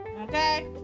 Okay